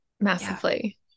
Massively